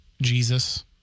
Jesus